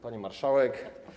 Pani Marszałek!